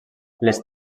les